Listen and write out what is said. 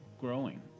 growing